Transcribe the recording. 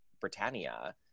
Britannia